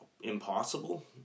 impossible